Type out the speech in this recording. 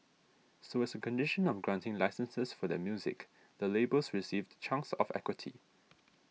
so as a condition of granting licences for their music the labels received chunks of equity